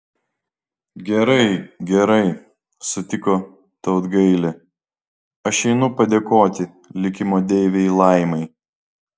gerai gerai sutiko tautgailė aš einu padėkoti likimo deivei laimai